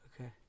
Okay